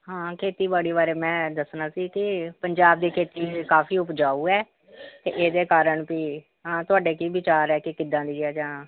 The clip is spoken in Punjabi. ਹਾਂ ਖੇਤੀਬਾੜੀ ਬਾਰੇ ਮੈਂ ਦੱਸਣਾ ਸੀ ਕਿ ਪੰਜਾਬ ਦੀ ਖੇਤੀ ਕਾਫੀ ਉਪਜਾਊ ਹੈ ਅਤੇ ਇਹਦੇ ਕਾਰਨ ਵੀ ਹਾਂ ਤੁਹਾਡੇ ਕੀ ਵਿਚਾਰ ਹੈ ਕਿ ਕਿੱਦਾਂ ਦੀ ਹੈ ਜਾਂ